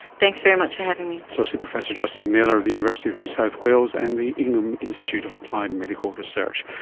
thanks very much for having me. associate professor justine naylor of the university of new south wales and the ingham institute of applied medical research.